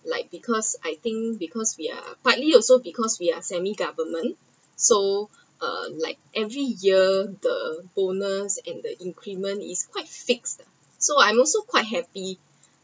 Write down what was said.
like because I think because we are partly also because we are semi government so uh like every year the bonus and the increment is quite fixed so I’m also quite happy